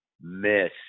miss